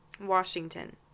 Washington